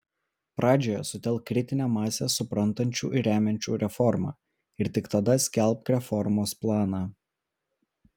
pradžioje sutelk kritinę masę suprantančių ir remiančių reformą ir tik tada skelbk reformos planą